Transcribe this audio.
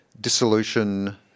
dissolution